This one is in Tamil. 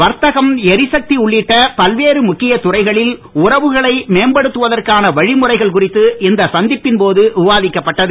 வர்த்தகம் எரிசக்தி உள்ளிட்ட பல்வேறு முக்கியத் துறைகளில் உறவுகளை மேம்படுத்துவதற்கான வழிமுறைகள் குறித்து போது விவாதிக்கப்பட்டது